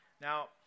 Now